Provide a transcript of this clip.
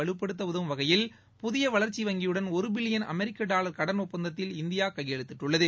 வலுப்படுத்த உதவும் வகையில் புதிய வளர்ச்சி வங்கியுடன் ஒரு பில்லியன் அமெரிக்க டாவர் கடன் ஒப்பந்தத்தில் இந்தியா கையெழுத்திட்டுள்ளது